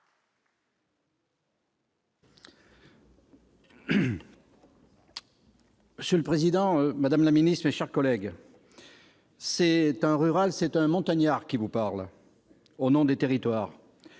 Monsieur le président, madame la ministre, mes chers collègues, c'est un rural, un montagnard qui vous parle, au nom des territoires.